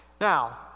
Now